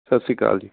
ਸਤਿ ਸ਼੍ਰੀ ਅਕਾਲ ਜੀ